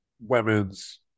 women's